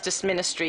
המשפטים.